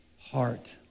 heart